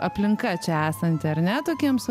aplinka čia esantį ar ne tokiems